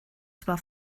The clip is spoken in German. zwar